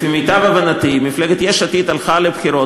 לפי מיטב הבנתי מפלגת יש עתיד הלכה לבחירות